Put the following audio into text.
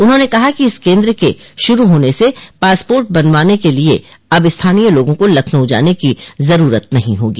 उन्होंने कहा कि इस केन्द्र के शुरू होने से पासपोर्ट बनावाने के लिए अब स्थानीय लोगों को लखनऊ जाने की जरूरत नहीं होगी